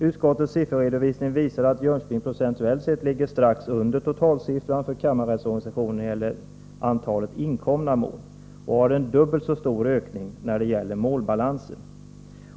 Utskottets sifferredovisning visar att Jönköping procentuellt ligger strax under totalsiffran för kammarrättsorganisationen när det gäller antalet inkomna mål och har en dubbelt så stor ökning när det gäller målbalansen.